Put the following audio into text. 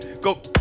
Go